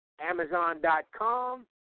Amazon.com